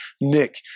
Nick